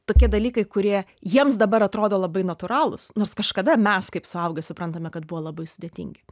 tokie dalykai kurie jiems dabar atrodo labai natūralūs nors kažkada mes kaip suaugę suprantame kad buvo labai sudėtingi